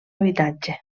habitatge